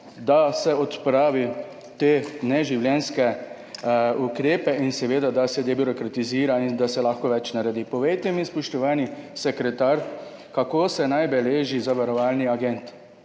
da se odpravi te neživljenjske ukrepe in da se debirokratizira, da se lahko več naredi. Povejte mi, spoštovani sekretar, kako se naj beleži zavarovalni agent?